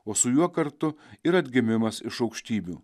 o su juo kartu ir atgimimas iš aukštybių